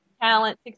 talent